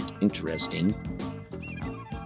interesting